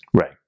right